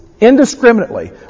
indiscriminately